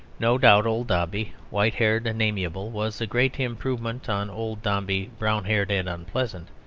no doubt old dombey, white-haired and amiable, was a great improvement on old dombey brown-haired and unpleasant.